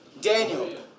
Daniel